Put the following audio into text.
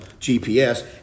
GPS